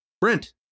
Brent